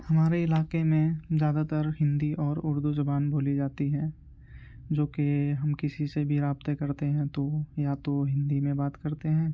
ہمارے علاقے میں زیادہ تر ہندی اور اردو زبان بولی جاتی ہے جو کہ ہم کسی سے بھی رابطے کرتے ہیں تو یا تو ہندی میں بات کرتے ہیں